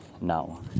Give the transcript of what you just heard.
now